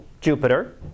Jupiter